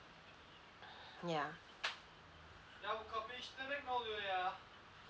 ya